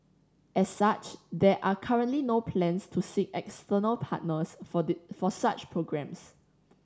as such there are currently no plans to seek external partners for for such programmes